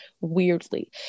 Weirdly